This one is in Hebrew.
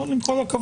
אבל עם כל הכבוד,